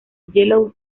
yellow